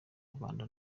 rwanda